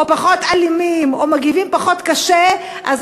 או פחות אלימים או מגיבים פחות קשה אז